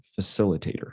facilitator